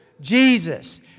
Jesus